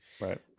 Right